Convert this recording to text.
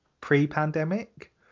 pre-pandemic